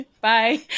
Bye